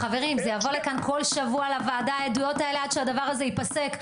חברים זה יבוא לכאן כל שבוע לוועדה העדויות האלה עד שהדבר הזה יפסק,